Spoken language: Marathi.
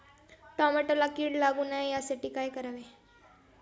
टोमॅटोला कीड लागू नये यासाठी काय करावे?